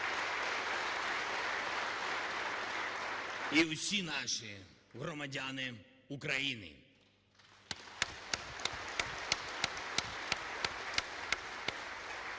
і усі наші громадяни України!